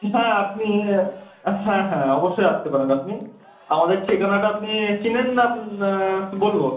হ্যাঁ আপনি হ্যাঁ হ্যাঁ অবশ্যই আসতে পারেন আপনি আমাদের ঠিকানাটা আপনি চেনেন না বলব